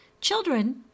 Children